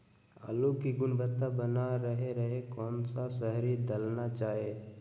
आलू की गुनबता बना रहे रहे कौन सा शहरी दलना चाये?